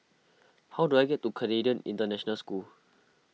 how do I get to Canadian International School